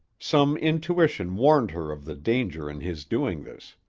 some intuition warned her of the danger in his doing this.